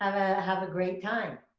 have a great time.